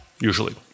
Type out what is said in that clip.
usually